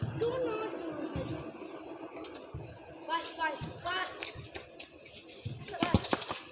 ದೊಡ್ಡ ರೈತ್ರು ತಮ್ಮ ಕೃಷಿ ಸರಕುಗಳನ್ನು ಲಾರಿ, ಟ್ರ್ಯಾಕ್ಟರ್, ಮುಂತಾದ ವಾಹನಗಳ ಮೂಲಕ ಮಾರುಕಟ್ಟೆಗೆ ತಲುಪಿಸುತ್ತಾರೆ